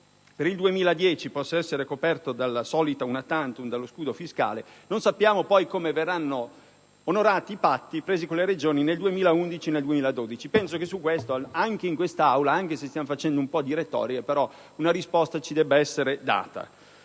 per il 2010 possa essere coperta dalla solita *una tantum,* dallo scudo fiscale, non sappiamo poi come verranno onorati i patti fatti con le Regioni per il 2011 e 2012. Penso che in merito a tale aspetto, anche se stiamo facendo un po' di retorica, una risposta ci debba essere data